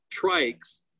trikes